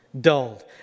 dulled